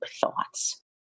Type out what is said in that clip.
thoughts